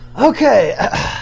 Okay